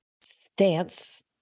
stance